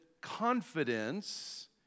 confidence